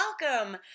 welcome